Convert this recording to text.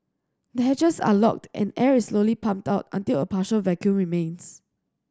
the hatches are locked and air is slowly pumped out until a partial vacuum remains